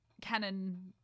canon